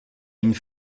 une